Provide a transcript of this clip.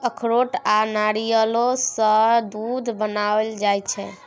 अखरोट आ नारियलो सँ दूध बनाएल जाइ छै